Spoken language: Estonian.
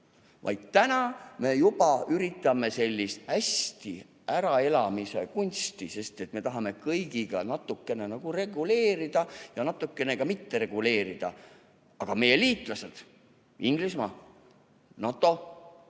Täna me juba üritame sellist hästi äraelamise kunsti, sest me tahame kõigiga natukene nagu reguleerida ja natukene ka mitte reguleerida. Aga mida meie liitlased Inglismaa, NATO